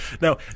Now